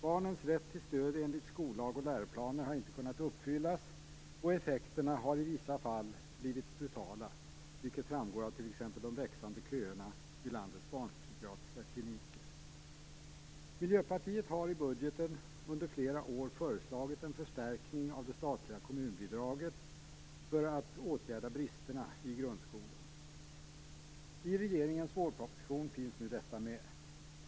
Barnens rätt till stöd enligt skollag och läroplaner har inte kunnat uppfyllas, och effekterna har i vissa fall blivit brutala, vilket framgår av t.ex. de växande köerna vid landets barnpsykiatriska kliniker. Miljöpartiet har i budgeten under flera år föreslagit en förstärkning av det statliga kommunbidraget för att åtgärda bristerna i grundskolan. I regeringens vårproposition finns nu detta med.